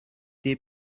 they